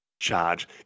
charge